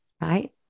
right